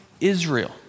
Israel